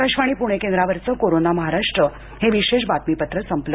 आकाशवाणी पूणे केंद्रावरच कोरोना महाराष्ट हे विशेष बातमीपत्र संपल